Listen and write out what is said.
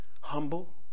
humble